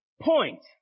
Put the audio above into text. point